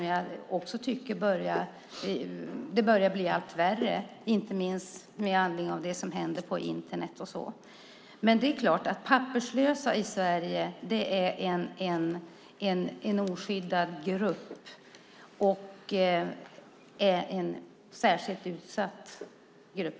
Jag tycker att det blir allt värre, inte minst med anledning av det som händer på Internet. Papperslösa i Sverige är en oskyddad grupp och naturligtvis en särskilt utsatt grupp.